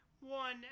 one